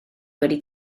wedi